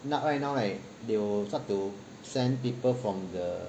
right now right they will start to send people from the